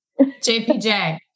JPJ